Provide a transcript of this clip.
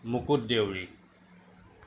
Mukut Deori